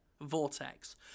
Vortex